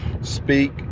speak